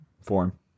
form